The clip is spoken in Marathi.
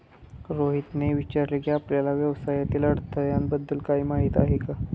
रोहितने विचारले की, आपल्याला व्यवसायातील अडथळ्यांबद्दल काय माहित आहे?